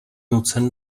nucen